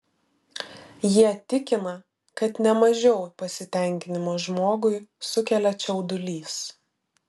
jie tikina kad ne mažiau pasitenkinimo žmogui sukelia čiaudulys